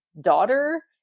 daughter